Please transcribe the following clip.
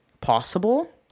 possible